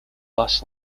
bus